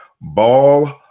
ball